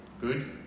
Good